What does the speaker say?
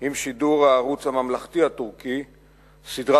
עם שידורה בערוץ הממלכתי הטורקי של סדרת